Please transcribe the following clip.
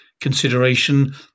consideration